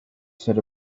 said